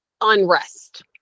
unrest